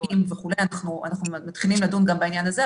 ארגונים וכו' אנחנו מתחילים לדון גם בעניין הזה.